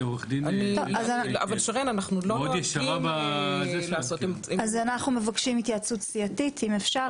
אנחנו לא נוהגים לעשות --- אנחנו מבקשים התייעצות סיעתית אם אפשר,